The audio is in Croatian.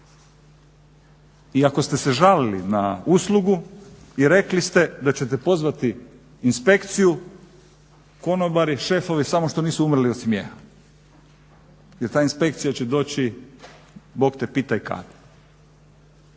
i ako ste se žalili na uslugu i rekli ste da ćete pozvati inspekciju, konobari šefovi samo što nisu umrli od smijeha jer ta inspekcija će doći Bog te pitaj kad.